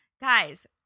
guys